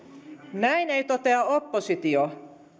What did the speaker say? näin ei totea oppositio